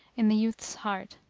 in the youth's heart.